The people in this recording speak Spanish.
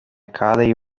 cádiz